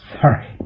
Sorry